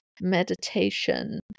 meditation